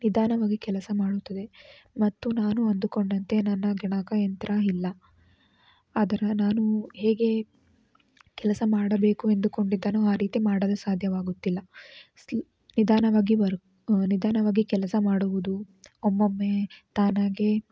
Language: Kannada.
ನಿಧಾನವಾಗಿ ಕೆಲಸ ಮಾಡುತ್ತದೆ ಮತ್ತು ನಾನು ಅಂದುಕೊಂಡಂತೆ ನನ್ನ ಗಣಕಯಂತ್ರ ಇಲ್ಲ ಅದರ ನಾನು ಹೇಗೆ ಕೆಲಸ ಮಾಡಬೇಕು ಎಂದುಕೊಂಡಿದ್ದೆನೋ ಆ ರೀತಿ ಮಾಡಲು ಸಾಧ್ಯವಾಗುತ್ತಿಲ್ಲ ಸ್ಲ ನಿಧಾನವಾಗಿ ವರ್ಕ್ ನಿಧಾನವಾಗಿ ಕೆಲಸ ಮಾಡುವುದು ಒಮ್ಮೊಮ್ಮೆ ತಾನಾಗೇ